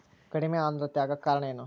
ಕಡಿಮೆ ಆಂದ್ರತೆ ಆಗಕ ಕಾರಣ ಏನು?